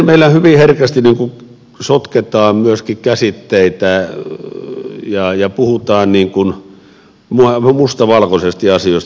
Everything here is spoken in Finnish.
meillä hyvin herkästi sotketaan myöskin käsitteitä ja puhutaan mustavalkoisesti asioista